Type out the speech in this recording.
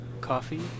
coffee